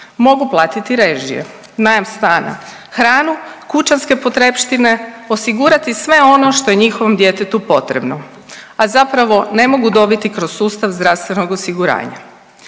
mogu platiti režije, najam stana, hranu, kućanske potrepštine, osigurati sve ono što je njihovom djetetu potrebno, a zapravo ne mogu dobiti kroz sustav zdravstvenog osiguranja.